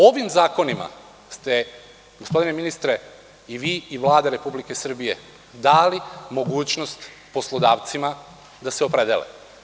Ovim zakonima ste, gospodine ministre, i vi i Vlada Republike Srbije dali mogućnost poslodavcima da se opredele.